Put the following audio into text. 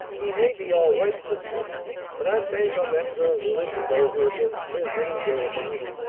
he may be all right, sister but i'd bank on that girl's religion over against his any day in the week,